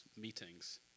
meetings